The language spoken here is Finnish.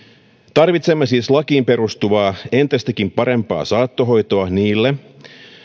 tarvitsemme siis lakiin perustuvaa entistäkin parempaa saattohoitoa niille